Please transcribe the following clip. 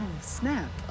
snap